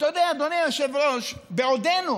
אתה יודע, אדוני היושב-ראש, בעודנו